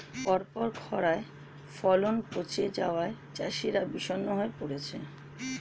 পরপর খড়ায় ফলন পচে যাওয়ায় চাষিরা বিষণ্ণ হয়ে পরেছে